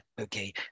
okay